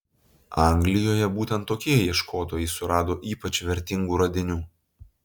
anglijoje būtent tokie ieškotojai surado ypač vertingų radinių